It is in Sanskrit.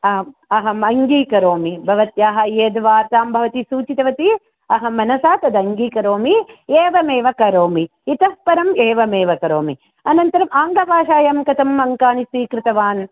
आम् अहम् अङ्गीकरोमि भवत्याः यद् वार्तां भवती सूचितवती अहं मनसा तदङ्गीकरोमि एवमेव करोमि इतः परम् एवमेव करोमि अनन्तरम् आङ्ग्लभाषायां कथम् अङ्कानि स्वीकृतवान्